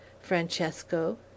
francesco